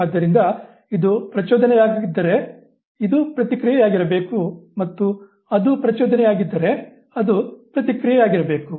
ಆದ್ದರಿಂದ ಇದು ಪ್ರಚೋದನೆಯಾಗಿದ್ದರೆ ಇದು ಪ್ರತಿಕ್ರಿಯೆಯಾಗಿರಬೇಕು ಮತ್ತು ಅದು ಪ್ರಚೋದನೆಯಾಗಿದ್ದರೆ ಅದು ಪ್ರತಿಕ್ರಿಯೆಯಾಗಿರಬೇಕು